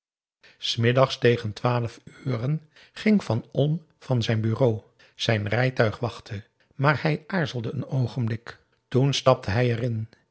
s middags tegen twaalf uren ging van olm van zijn bureau zijn rijtuig wachtte maar hij aarzelde een oogenblik toen stapte hij erin